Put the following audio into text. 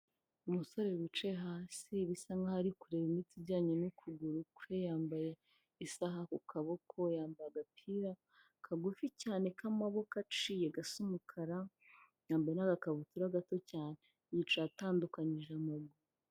Umusore wicaye hasi bisa nkaho ari kureba imitsi ijyanye n'ukuguru kwe yambaye isaha ku kaboko, yambaye agapira kagufi cyane k'amaboko aciye gasa umukara, yambaye n'agakabutura gato cyane yicaye atandukanyije amaguru.